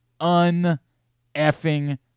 un-effing